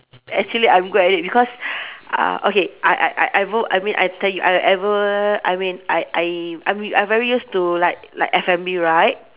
actually I'm good at it because uh okay I I I I will I mean I tell you I ever I mean I I I'm I'm very used to like like F&B right